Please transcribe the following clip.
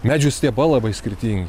medžių stiebai labai skirtingi